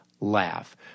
laugh